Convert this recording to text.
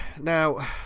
now